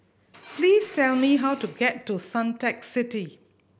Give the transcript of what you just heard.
please tell me how to get to Suntec City